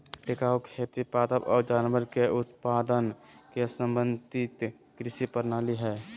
टिकाऊ खेती पादप और जानवर के उत्पादन के समन्वित कृषि प्रणाली हइ